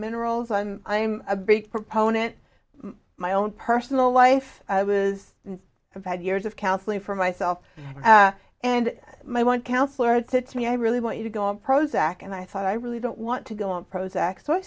minerals i'm i'm a big proponent my own personal life i was and have had years of counseling for myself and my one counselor to me i really want you to go on prozac and i thought i really don't want to go on prozac so i